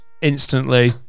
Instantly